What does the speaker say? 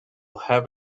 have